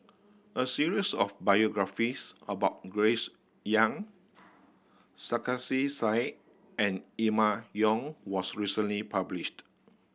a series of biographies about Grace Young Sarkasi Said and Emma Yong was recently published